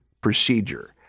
procedure